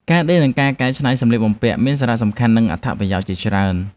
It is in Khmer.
ការដេរ និងការកែច្នៃសម្លៀកបំពាក់ មានសារៈសំខាន់ និងអត្ថប្រយោជន៍ជាច្រើន។